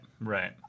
right